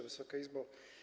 Wysoka Izbo!